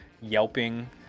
yelping